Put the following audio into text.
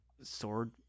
sword